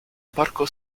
parco